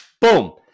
Boom